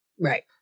Right